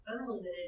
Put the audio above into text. unlimited